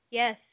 yes